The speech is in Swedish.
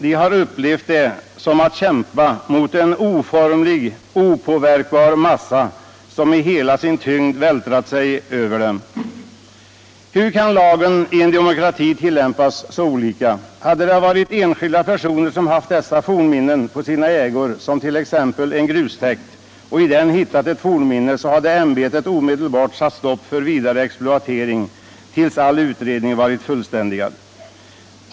De har upplevt det som att kämpa mot en oformlig opåverkbar massa, som i hela sin tyngd vältrat sig över dem. Hur kan lagen i en demokrati tillämpas så olika? Hade det varit enskilda personer som haft dessa fornminnen på sina ägor, t.ex. en grustäkt, och i den hittat ett fornminne, hade ämbetet omedelbart satt stopp för vidare exploatering tills all utredning varit fullständig.